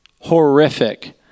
Horrific